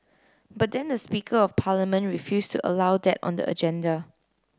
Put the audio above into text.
but then the speaker of parliament refused to allow that on the agenda